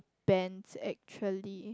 bands actually